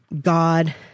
God